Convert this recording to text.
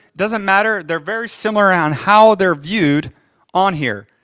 doesn't matter, they're very similar on how they're viewed on here.